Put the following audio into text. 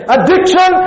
Addiction